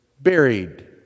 buried